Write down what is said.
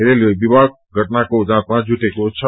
railway विभाग घटनाको जाँचमा जुटेको छ